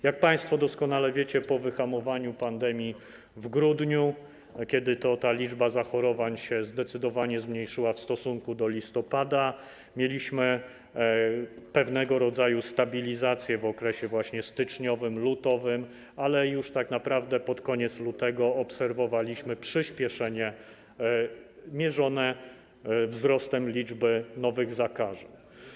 Jak państwo doskonale wiecie, po wyhamowaniu pandemii w grudniu, kiedy to liczba zachorowań zdecydowanie się zmniejszyła w stosunku do listopada, mieliśmy pewnego rodzaju stabilizację właśnie w styczniu i lutym, ale już tak naprawdę pod koniec lutego obserwowaliśmy przyspieszenie mierzone wzrostem liczby nowych zakażeń.